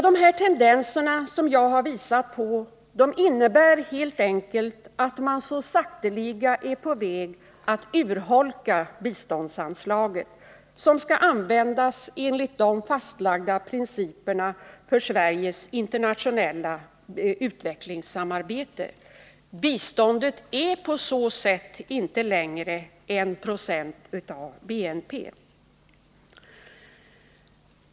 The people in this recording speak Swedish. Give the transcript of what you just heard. De tendenser som jag har visat på innebär helt enkelt att man så sakteliga är på väg att urholka biståndsanslaget, som skall användas enligt de fasdagda principerna för Sveriges internationella utvecklingssamarbete. Biståndet är på så sätt inte längre 196 av BNP.